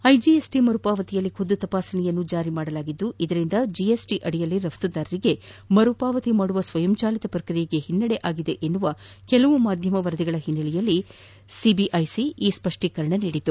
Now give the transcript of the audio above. IGSC ಮರುಪಾವತಿಯಲ್ಲಿ ಖುದ್ದು ತಪಾಸಣೆಯನ್ನು ಜಾರಿ ಮಾಡಲಾಗಿದ್ದು ಇದರಿಂದ ಜಿಎಸ್ಟಿ ಅಡಿಯಲ್ಲಿ ರಪ್ತುದಾರರಿಗೆ ಮರುಪಾವತಿ ಮಾಡುವ ಸ್ವಯಂಚಾಲಿತ ಪ್ರಕ್ರಿಯೆಗೆ ಹಿನ್ನಡೆ ಆಗಿದೆ ಎಂಬ ಕೆಲವು ಮಾಧ್ಯಮ ವರದಿಗಳ ಹಿನ್ನೆಲೆಯಲ್ಲಿ ಸಿಬಿಐಸಿ ಈ ಸ್ಪಷ್ಟೀಕರಣ ನೀದಿದೆ